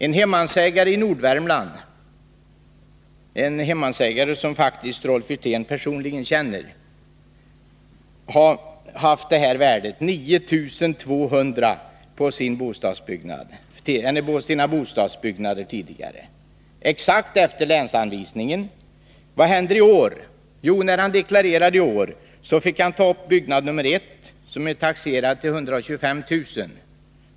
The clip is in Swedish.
En hemmansägare i Nordvärmland — Rolf Wirtén känner honom f. ö. personligen — har tidigare haft ett värde på bostadsförmånen för sina bostadsbyggnader på 9 200 kr. Det är beräknat exakt efter länsanvisningarna. Vad händer i år? Jo, när han deklarerade i år fick han ta upp byggnad nr 1, som är taxerad till 125 000 kr.